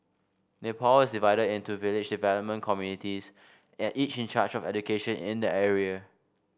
Nepal is divided into village development committees at each in charge of education in the area